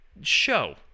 Show